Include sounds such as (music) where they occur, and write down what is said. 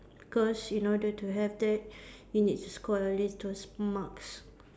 cause in order to have that (breath) you need to score at least those marks